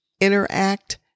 interact